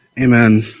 Amen